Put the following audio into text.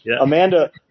Amanda